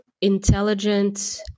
intelligent